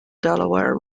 delaware